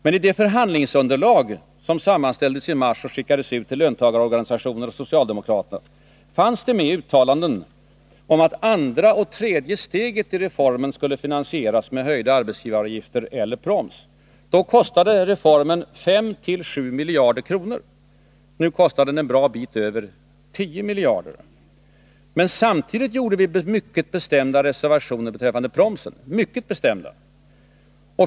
Men i det förhandlingsunderlag som sammanställdes i mars och skickades ut till löntagarorganisationerna och socialdemokraterna fanns det med uttalanden att det andra och tredje steget i reformen skulle finansieras med en höjning av arbetsgivaravgifterna eller med proms. Då kostade reformen 5-7 miljarder kronor. Nu kostar den en bra bit över 10 miljarder. Samtidigt gjorde vi mycket bestämda reservationer beträffande promsen.